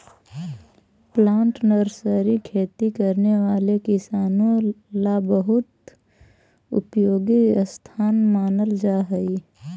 plant nursery खेती करने वाले किसानों ला बहुत उपयोगी स्थान मानल जा हई